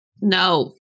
No